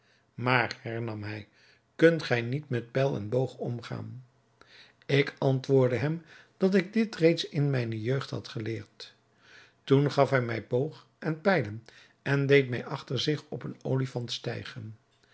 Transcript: maar hernam hij kunt gij niet met pijl en boog omgaan ik antwoordde hem dat ik dit reeds in mijne jeugd had geleerd toen gaf hij mij boog en pijlen en deed mij achter zich op een olifant stijgen